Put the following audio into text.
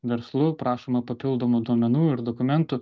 verslu prašoma papildomų duomenų ir dokumentų